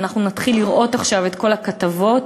ואנחנו נתחיל לראות עכשיו את כל הכתבות